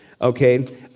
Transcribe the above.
okay